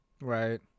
Right